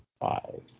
Five